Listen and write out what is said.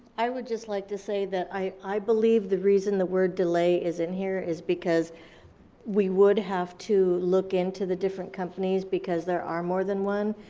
i would just like to say that i believe the reason the word delay is in here is because we would have to look into the different companies, because there are more than one,